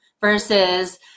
versus